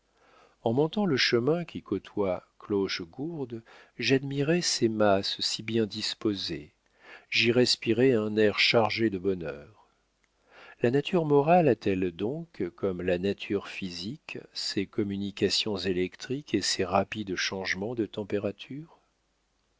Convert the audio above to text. en montant le chemin qui côtoie clochegourde j'admirais ces masses si bien disposées j'y respirais un air chargé de bonheur la nature morale a-t-elle donc comme la nature physique ses communications électriques et ses rapides changements de température